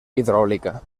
hidràulica